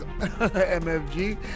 mfg